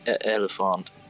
Elephant